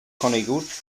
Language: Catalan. conegut